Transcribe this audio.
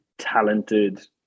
talented